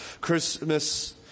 Christmas